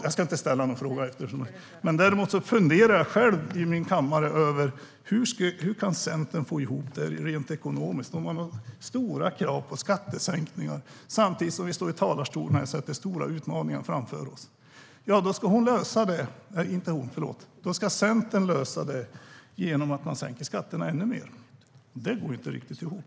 Jag funderar på hur Centern kan få ihop det rent ekonomiskt när man har stora krav på skattesänkningar samtidigt som vi står här i talarstolen och pratar om att vi har stora utmaningar framför oss. Det ska Centern lösa genom att sänka skatterna ännu mer. Det går inte riktigt ihop.